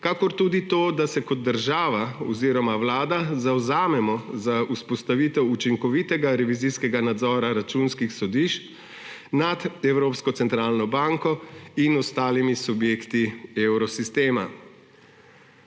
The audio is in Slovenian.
kakor tudi to, da se kot država oziroma Vlada zavzamemo za vzpostavitev učinkovitega revizijskega nadzora Računskih sodišč nad Evropsko centralno banko in ostalimi subjekti Evrosistema.